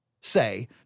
say